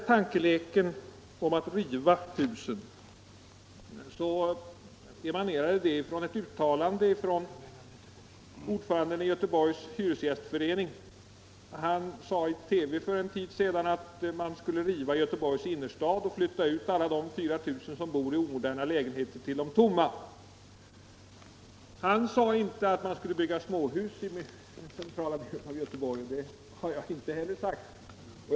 Tankeleken att riva husen emanerar från ordföranden i Göteborgs hyresgästförening. Han sade i TV för en tid sedan att man skulle riva de omoderna husen i Göteborgs innerstad och till de tomma lägenheterna flytta alla de 4 000 människor som bor i omoderna lägenheter. Han sade inte att man skall bygga småhus i de centrala delarna i Göteborg. Det har inte heller jag påstått.